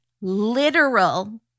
literal